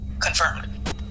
Confirmed